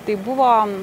tai buvo